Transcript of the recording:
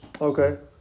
Okay